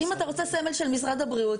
אתה לא רוצה סמל של משרד הבריאות,